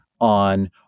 on